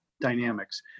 dynamics